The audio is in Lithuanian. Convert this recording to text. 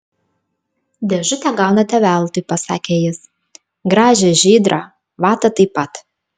dėžutę gaunate veltui pasakė jis gražią žydrą vatą taip pat